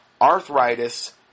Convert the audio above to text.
arthritis